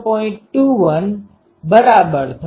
5 dB